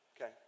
okay